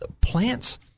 Plants